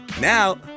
Now